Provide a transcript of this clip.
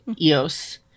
Eos